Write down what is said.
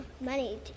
money